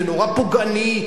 ונורא פוגעני,